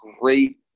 great